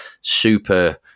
super